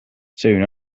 soon